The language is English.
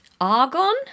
Argon